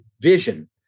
vision